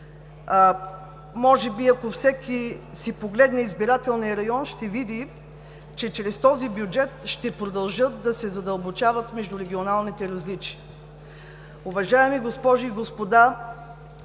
Може би, ако всеки си погледне избирателния район ще види, че чрез този бюджет ще продължат да се задълбочават междурегионалните различия. Уважаеми госпожи и господа,